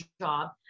job